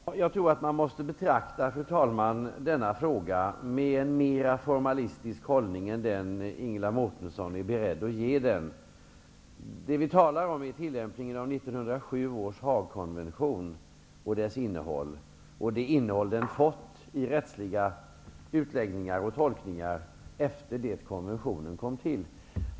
Fru talman! Jag tror att man måste betrakta denna fråga mera formalistiskt än vad Ingela Mårtensson är beredd att göra. Vi talar om tillämpningen av 1907 års Haagkonvention och dess innehåll. Men det gäller också det innehåll som konventionen fått i rättsliga utläggningar och tolkningar efter det att den kom till.